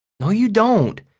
no you don't!